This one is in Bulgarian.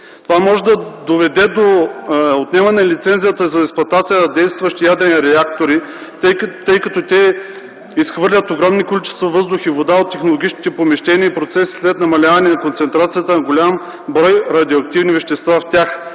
Това може да доведе до отнемане лицензията за експлоатация на действащи ядрени реактори, тъй като те изхвърлят огромни количества въздух и вода от технологичните помещения и процеси след намаляване на концентрацията на голям брой радиоактивни вещества в тях